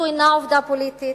אינה עובדה פוליטית?